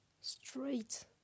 straight